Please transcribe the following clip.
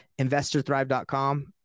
InvestorThrive.com